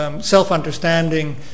self-understanding